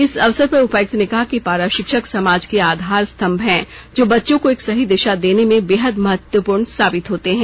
इस अवसर पर उपायुक्त ने कहा कि पारा शिक्षक समाज के आधार स्तम्भ हैं जो बच्चों को एक सही दिशा देने में बेहद महत्वपूर्ण साबित होते हैं